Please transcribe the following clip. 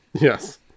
Yes